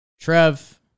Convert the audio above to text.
Trev